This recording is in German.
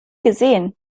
gesehen